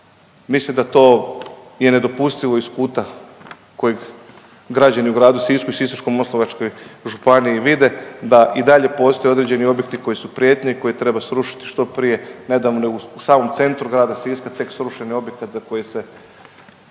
Mislim da to je nedopustivo iz kuta kojeg građani u gradu Sisku i Sisačko-moslavačkoj županiji vide da i dalje postoje određeni objekti koji su prijetnje i koje treba srušiti što prije. Nedavno je u samom centru grada Siska tek srušeni objekat za koji se,